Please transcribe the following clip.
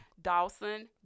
Dawson